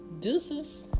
Deuces